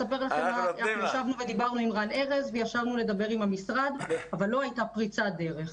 אנחנו דיברנו עם רן ארז ועם המשרד אבל לא הייתה פריצת דרך.